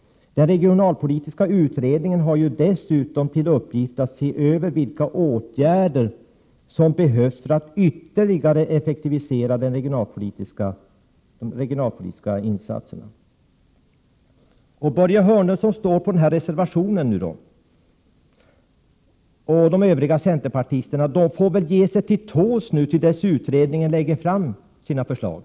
Den regionalpolitiska utredningen har ju dessutom till uppgift att se över vilka åtgärder som behövs för att ytterligare effektivisera de regionalpolitiska insatserna. Börje Hörnlund och de övriga centerpartister som står bakom denna reservation får väl ge sig till tåls till dess utredningen lägger fram sina förslag.